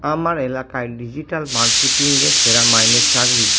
আমার এলাকায় ডিজিটাল মার্কেটিংয়ের সেরা মাইনের চাকরি